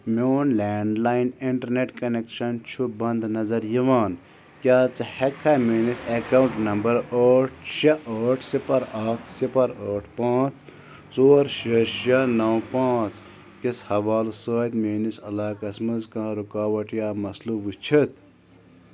میون land line internet connection چھُ بنٛد نظر یِوان کیٛاہ ژٕ ہٮ۪ککھا میٛٲنِس اٮ۪کاوُنٛٹ نمبر ٲٹھ شےٚ ٲٹھ صِپَر اکھ صِپَر ٲٹھ پانٛژھ ژور شےٚ شےٚ نَو پانٛژھ کِس حوالہٕ سۭتۍ میٛٲنِس علاقَس منٛز کانٛہہ رُکاوَٹ یا مسلہٕ وٕچھِتھ